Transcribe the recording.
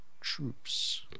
troops